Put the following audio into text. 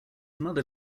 mother